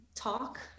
talk